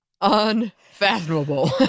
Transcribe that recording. Unfathomable